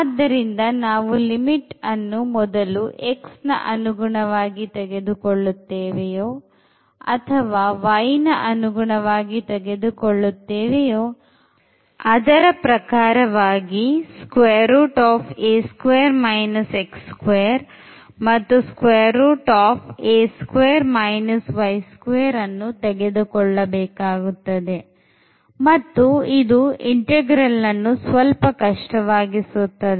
ಆದ್ದರಿಂದ ನಾವು ಲಿಮಿಟ್ ಅನ್ನು ಮೊದಲು xನ ಅನುಗುಣವಾಗಿ ತೆಗೆದುಕೊಳ್ಳುತ್ತೇವೆಯೋ ಅಥವಾ yನ ಅನುಗುಣವಾಗಿ ತೆಗೆದುಕೊಳ್ಳುತ್ತೇವೆಯೋ ಅದರ ಪ್ರಕಾರವಾಗಿ ಮತ್ತು ಅನ್ನು ತೆಗೆದುಕೊಳ್ಳಬೇಕಾಗುತ್ತದೆ ಮತ್ತು ಇದು ಇಂಟೆಗ್ರಾಲ್ ಅನ್ನು ಸ್ವಲ್ಪ ಕಷ್ಟವಾಗಿಸುತ್ತದೆ